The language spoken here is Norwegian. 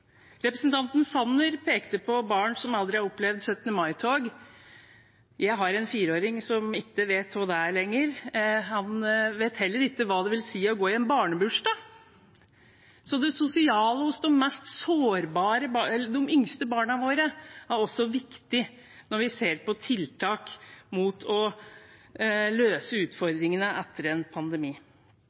Representanten Sanner pekte på barn som aldri har opplevd 17. mai-tog. Jeg har en fireåring som ikke vet hva det er lenger, og han vet heller ikke hva det vil si å gå i en barnebursdag. Så det sosiale for de yngste barna våre er også viktig når vi ser på tiltak for å løse utfordringene etter en pandemi.